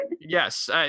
Yes